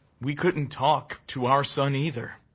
we couldn't talk to our son, either.